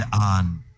on